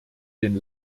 den